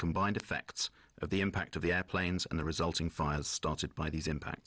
combined effects of the impact of the airplanes and the resulting files started by these